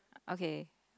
okay